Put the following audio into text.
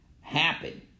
happen